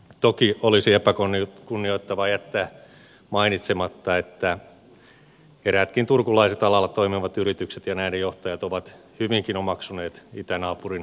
toki olisi epäkunnioittavaa jättää mainitsematta että eräätkin turkulaiset alalla toimivat yritykset ja näiden johtajat ovat hyvinkin omaksuneet itänaapurin toimintatavat